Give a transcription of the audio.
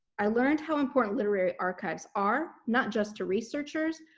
i learned how important literary archives are, not just to researchers,